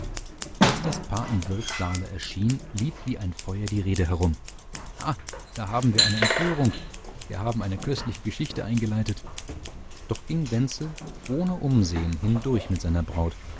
als das paar im wirtssaale erschien lief wie ein feuer die rede herum ha da haben wir eine entführung wir haben eine köstliche geschichte eingeleitet doch ging wenzel ohne umsehen hindurch mit seiner braut